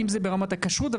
אם זה ברמת הכשרות,